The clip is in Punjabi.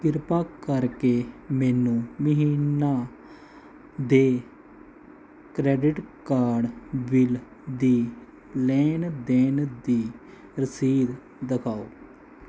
ਕਿਰਪਾ ਕਰਕੇ ਮੈਨੂੰ ਮਹੀਨਾ ਦੇ ਕ੍ਰੈਡਿਟ ਕਾਰਡ ਬਿੱਲ ਦੀ ਲੈਣ ਦੇਣ ਦੀ ਰਸੀਦ ਦਿਖਾਓ